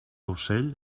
ocell